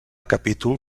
capítol